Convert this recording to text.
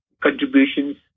contributions